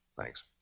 Thanks